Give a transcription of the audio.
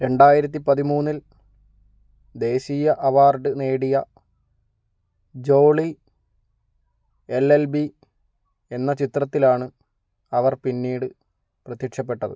രണ്ടായിരത്തി പതിമൂന്നിൽ ദേശീയ അവാർഡ് നേടിയ ജോളി എൽ എൽ ബി എന്ന ചിത്രത്തിലാണ് അവർ പിന്നീട് പ്രത്യക്ഷപ്പെട്ടത്